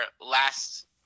last